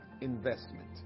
investment